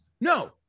No